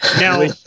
Now